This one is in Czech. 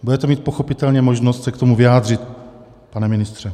Budete mít pochopitelně možnost se k tomu vyjádřit, pane ministře.